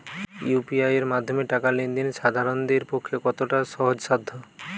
UPI এর মাধ্যমে টাকা লেন দেন সাধারনদের পক্ষে কতটা সহজসাধ্য?